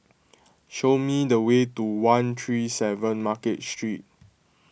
show me the way to one three seven Market Street